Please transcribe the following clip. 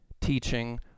teaching